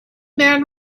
man